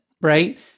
right